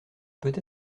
peut